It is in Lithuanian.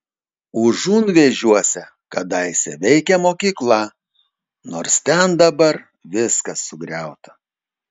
užunvėžiuose kadaise veikė mokykla nors ten dabar viskas sugriauta